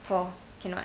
for cannot